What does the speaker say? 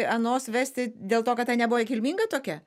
anos vesti dėl to kad ta nebuvo kilminga tokia